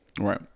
Right